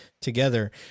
together